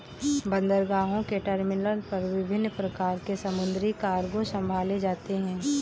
बंदरगाहों के टर्मिनल पर विभिन्न प्रकार के समुद्री कार्गो संभाले जाते हैं